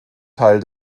teil